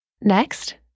Next